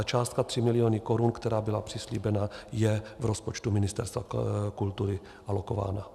Částka 3 miliony korun, která byla přislíbena, je v rozpočtu Ministerstva kultury alokována.